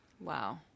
Wow